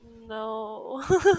No